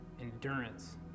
endurance